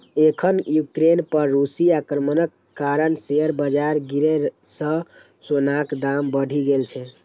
एखन यूक्रेन पर रूसी आक्रमणक कारण शेयर बाजार गिरै सं सोनाक दाम बढ़ि गेल छै